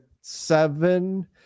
seven